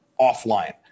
offline